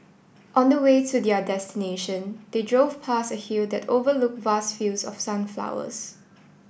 on the way to their destination they drove past a hill that overlooked vast fields of sunflowers